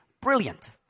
Brilliant